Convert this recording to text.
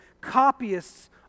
copyists